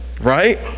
right